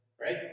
right